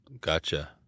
Gotcha